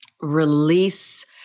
release